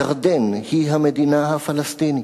ירדן היא המדינה הפלסטינית,